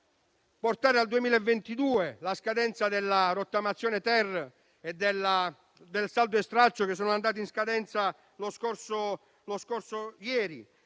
portare al 2022 la scadenza della rottamazione *ter* e del saldo e stralcio che sono andati in scadenza proprio ieri.